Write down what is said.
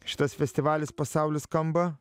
šitas festivalis pasauly skamba